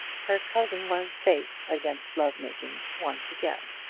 her cousin was safe against love-making once again.